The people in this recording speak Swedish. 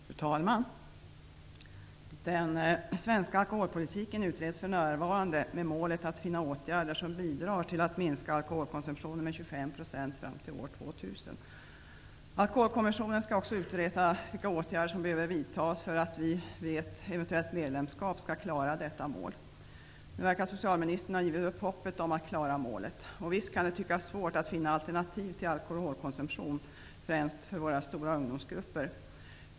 Fru talman! Den svenska alkoholpolitiken utreds för närvarande med målet att finna åtgärder som bidrar till att minska alkoholkonsumtionen med Alkoholkommissionen skall också utreda vilka åtgärder som behöver vidtas för att vi vid ett eventuellt EG-medlemskap skall klara detta mål. Nu verkar socialministern ha givit upp hoppet om att klara målet. Och visst kan det tyckas svårt att finna alternativ till alkoholkonsumtion främst för våra stora ungdomsgrupper.